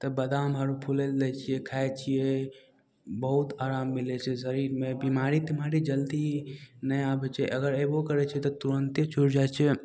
तब बादाम अर फूलय लए दै छियै खाइ छियै बहुत आराम मिलय छै शरीरमे बीमारी तीमारी जल्दी नहि आबय छै अगर अइबो करय छै तऽ तुरन्ते छूटि जाइ छै